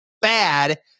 bad